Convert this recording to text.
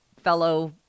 fellow